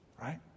Right